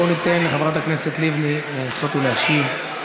בואו ניתן לחברת הכנסת לבני לנסות ולהשיב.